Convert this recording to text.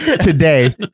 Today